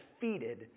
defeated